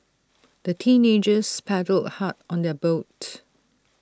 the teenagers paddled hard on their boat